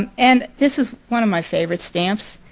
um and this is one of my favorite stamps,